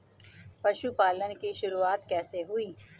पशुपालन की शुरुआत कैसे हुई?